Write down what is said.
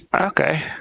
okay